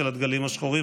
הדגלים השחורים.